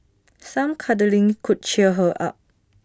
some cuddling could cheer her up